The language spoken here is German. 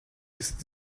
ist